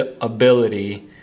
ability